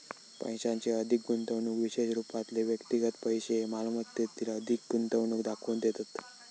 पैशाची अधिक गुंतवणूक विशेष रूपातले व्यक्तिगत पैशै मालमत्तेतील अधिक गुंतवणूक दाखवून देतत